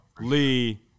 Lee